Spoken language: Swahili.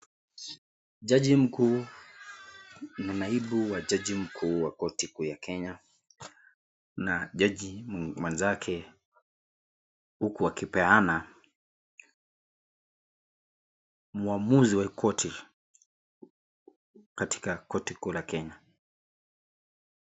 Jaji mkuu na naibu wa jaji mkuu wa koti kuu ya Kenya na jaji mwenzake uku wakipeana muhamuzi wa hii koti katika koti kuu la Kenya.